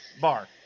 bar